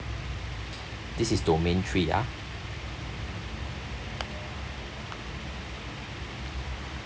this is domain three ah